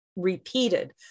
repeated